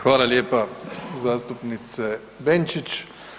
Hvala lijepa zastupnice Benčić.